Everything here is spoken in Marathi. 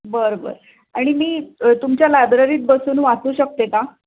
बरं बरं आणि मी तुमच्या लायब्ररीत बसून वाचू शकते का